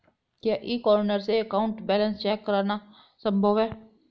क्या E corner से account balance check करना संभव है?